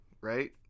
right